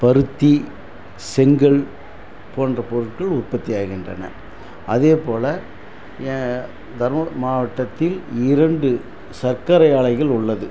பருத்தி செங்கல் போன்ற பொருட்கள் உற்பத்தி ஆகின்றன அதேப்போல் ஏ தரும மாவட்டத்தில் இரண்டு சர்க்கரை ஆலைகள் உள்ளன